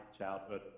childhood